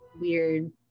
weird